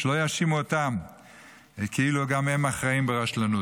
שלא יאשימו אותם כאילו גם הם אחראים ברשלנות.